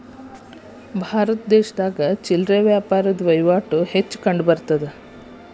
ಭಾರತದಲ್ಲಿ ಚಿಲ್ಲರೆ ವ್ಯಾಪಾರ ವಹಿವಾಟು ಹೆಚ್ಚು ಕಂಡುಬರುತ್ತದೆ